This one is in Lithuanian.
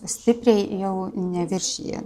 stipriai jau neviršija